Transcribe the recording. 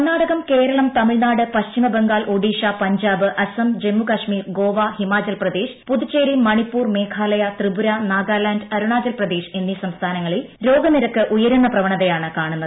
കർണാടക കേരളം തമിഴ്നാട് പശ്ചിമ ബംഗാൾ ഒഡീഷ പഞ്ചാബ് അസം ജമ്മു കശ്മീർ ഗോവ ഹിമാചൽ പ്രദേശ് പുതുച്ചേരി മണിപ്പൂർ മേഘാലയ ത്രിപുര നാഗാലാൻഡ് അരുണാചൽ പ്രദേശ് എന്നീ സംസ്ഥാനങ്ങളിൽ രോഗനിരക്ക് ഉയരുന്ന പ്രവണതയാണ് കാണുന്നത്